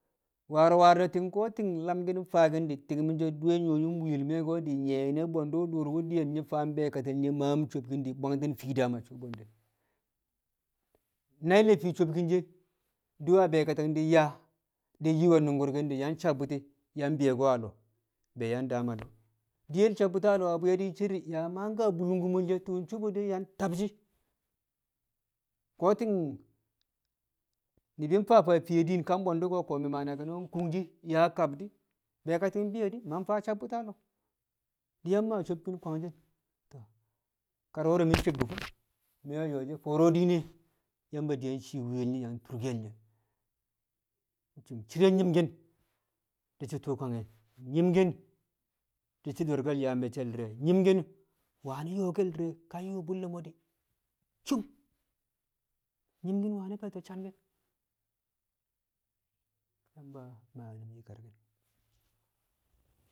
war war de̱ ti̱ng ko̱ ti̱ng lamki̱n faaki̱n di̱ ti̱ng mi̱ so̱ di̱ we̱ nyu̱wo̱n mwi̱ye̱l me̱ di̱ nyi̱ye̱ nyine bwe̱ndu̱ duruum di̱yen nyi̱ faam be̱e̱kati̱ng le̱ nye̱ maam sobkin di̱ bwangmi̱n fii daam suu bwe̱ndu̱ nai̱ le̱ fii sobkin she̱ di̱ wa beekating di̱ yaa di̱ yi we̱ nu̱ngku̱rki̱n di̱ sabbu̱ti̱ yang bi̱yo̱ko̱ a lo̱o̱ be yang daam lo̱o̱, diyel sabbu̱ti̱ lo̱o̱ bwi̱ye̱ yang cere yaa maa ka bulung kumol she̱ tu̱u̱ sob bo de̱ yang tabshi̱ ko̱ ti̱ng ni̱bi̱ faa faa fiye din ka bwe̱ndu̱ ko̱ mi̱ maa naki̱n no shi̱ ma ni̱bi̱ kung yaa kab di̱ be̱e̱kati̱ng di̱ bi̱yo̱ di̱ ma faa sabbu̱ti̱ lo̱o̱ di̱ yang maa sobkin kwangshi̱ toh, kar wo̱ro̱ mi̱ cek bu̱ fi̱m mi̱ we̱ ye̱shi̱ fo̱o̱ro̱ diine Yamba yang cii mwɪye̱l nye̱ yang turkel nye̱. Cum cire nyi̱mki̱n di̱ shi̱ tu̱u̱ kwange̱, nyi̱mki̱n di̱ shi̱ do̱rke̱l yaa me̱cce̱l di̱re̱, nyi̱mki̱n wani̱ yo̱o̱ di̱re̱ ka yuu bu̱lle̱ mo̱ di̱ suum nyi̱mki̱n wani̱ be̱e̱to̱ sanki̱n. Yamba maa yu̱m nyi̱karki̱n.